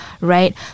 right